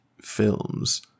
films